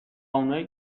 اونایی